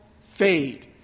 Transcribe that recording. fade